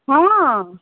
हँ